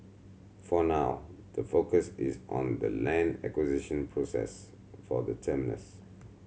for now the focus is on the land acquisition process for the terminus